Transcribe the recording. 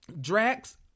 Drax